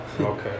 Okay